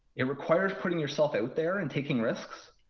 it requires putting yourself out there and taking risks.